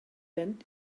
went